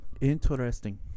Interesting